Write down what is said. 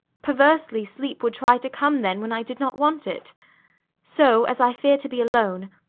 perversely sleep would try to come then when i did not want it so, as i feared to be alone,